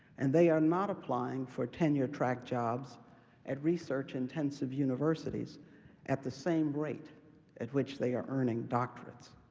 and they are not applying for tenure track jobs at research-intensive universities at the same rate at which they are earning doctorates.